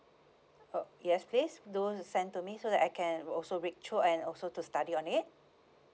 oh yes please do send to me so that I can also read through and also to study on it